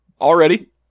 already